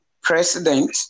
president